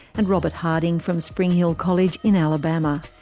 and robert harding, from spring hill college in alabama.